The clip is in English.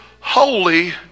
holy